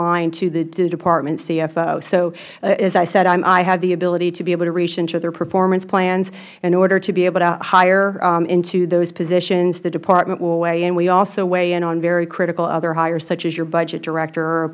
line to the department cfo so as i said i have the ability to be able to reach into their performance plans in order to be able to hire into those positions the department will weigh in we also weigh in on very critical other hires such as your budget director